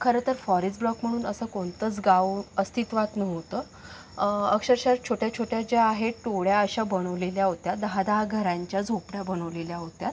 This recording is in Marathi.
खरं तर फॉरेस्ट ब्लॉक म्हणून असं कोणतंच गाव अस्तित्त्वात नव्हतं अक्षरशः छोट्या छोट्या ज्या आहेत टोळ्या अशा बनवलेल्या होत्या दहा दहा घरांच्या झोपड्या बनवलेल्या होत्या